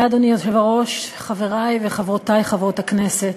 אדוני היושב-ראש, תודה, חברי וחברותי חברות הכנסת,